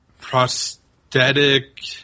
prosthetic